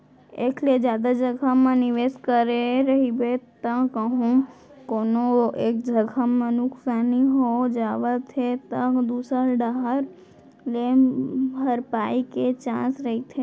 एक ले जादा जघा म निवेस करे रहिबे त कहूँ कोनो एक जगा म नुकसानी हो जावत हे त दूसर डाहर ले भरपाई के चांस रहिथे